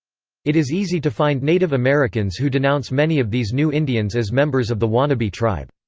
it is easy to find native americans who denounce many of these new indians as members of the wannabe tribe.